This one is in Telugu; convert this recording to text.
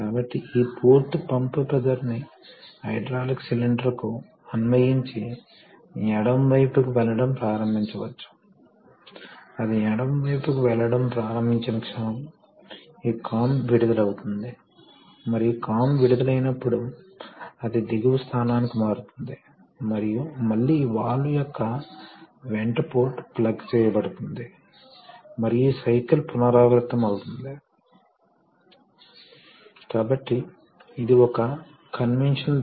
కాబట్టి ఈ కోణం కారణంగా ద్రవం ఇక్కడ పీల్చుకుంటుంది మరియు అది ఈ అవుట్లెట్లోకి పంపిణీ చేయబడుతోంది కాబట్టి దీనిని స్వాష్ ప్లేట్ అని పిలుస్తారు మరియు ఇది ఈ అవుట్లెట్ వద్ద ప్రెషర్ తో కూడిన ద్రవాన్ని అందిస్తుంది మరోవైపు మీరు ప్రెషర్ తో కూడిన ద్రవాన్ని అప్లై చేస్తే ద్రవం ఈ అవుట్లెట్ ద్వారా బయటకు వస్తుంది మరియు ఈ స్వాష్ ప్లేట్ వాస్తవానికి ఈ దిశలో తిరుగుతుంది కాబట్టి ఇది మోటారు యొక్క పని